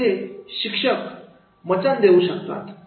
आता इथे शिक्षक मचान देऊ शकतात